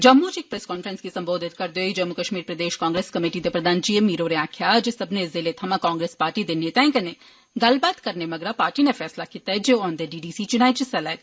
जम्मू च इक कांफ्रेंस गी संबोधत करदे होई जम्मू कश्मीर प्रदेश कांग्रेस कमेटी दे प्रधान जी ए मीर होरें आक्खेआ जे सब्बने जिलें थमां कांग्रेस पार्टी दे नेताएं कन्नै गल्लबात करने मगरा पार्टी ने फैसला कीता ऐ जे ओ औंदे डीडीसी चुनाएं च हिस्सा लैग